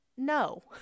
No